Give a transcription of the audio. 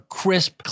crisp